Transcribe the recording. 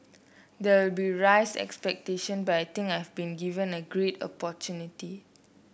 there will be raised expectation but I think I have been given a great opportunity